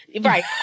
right